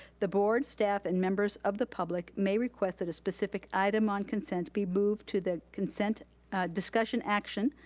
the board, staff and members of the public may request that a specific item on consent be moved to the consent discussion action.